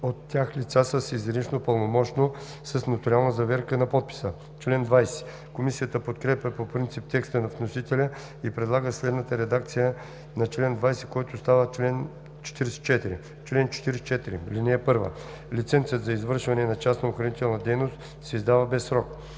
от тях лица с изрично пълномощно с нотариална заверка на подписа.“ Комисията подкрепя по принцип текста на вносителя и предлага следната редакция на чл. 20, който става чл. 44: „Чл. 44. (1) Лицензът за извършване на частна охранителна дейност се издава без срок.